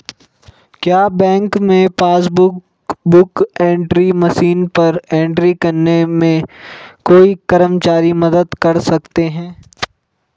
क्या बैंक में passbook book entry machine पर एंट्री करने में कोई कर्मचारी मदद कर सकते हैं?